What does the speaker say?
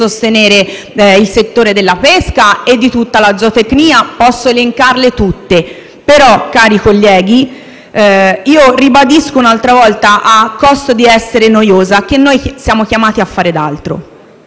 sostenere il settore della pesca e tutta la zootecnia. Posso elencarle tutte. Cari colleghi, ribadisco un'altra volta, a costo di essere noiosa, che siamo chiamati a fare altro.